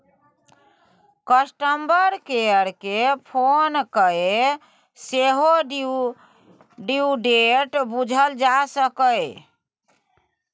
customer care केँ phone कए सेहो ड्यु डेट बुझल जा सकैए